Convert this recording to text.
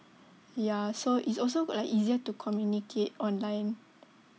ya so it's also good like easier to communicate online